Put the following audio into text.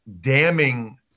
damning